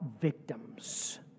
victims